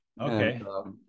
Okay